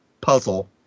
puzzle